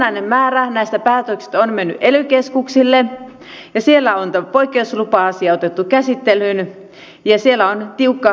olennainen määrä näistä päätöksistä on mennyt ely keskuksille ja siellä on poikkeuslupa asia otettu käsittelyyn ja siellä on tiukka menettely